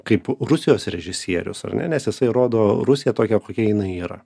kaip rusijos režisierius ar ne nes jisai rodo rusiją tokią kokia jinai yra